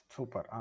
Super